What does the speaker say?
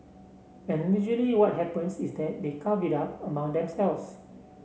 and usually what happens is that they carve it up among themselves